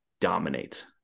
dominate